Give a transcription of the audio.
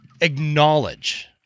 acknowledge